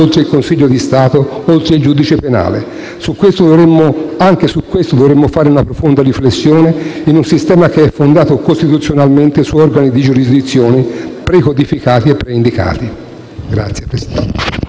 oltre il Consiglio di Stato, oltre il giudice penale. Anche su questo dovremmo fare una profonda riflessione in un sistema che è fondato costituzionalmente su organi di giurisdizione precodificati e preindicati. *(Applausi dei